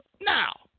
now